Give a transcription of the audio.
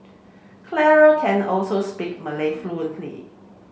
Clara can also speak Malay fluently